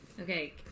Okay